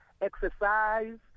exercise